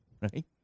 right